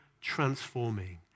transforming